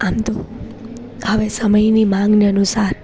આમ તો હવે સમયની માંગને અનુસાર